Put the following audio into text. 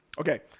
Okay